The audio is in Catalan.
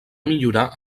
millorar